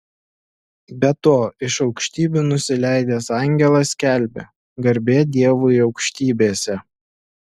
be to iš aukštybių nusileidęs angelas skelbia garbė dievui aukštybėse